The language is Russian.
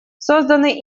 созданный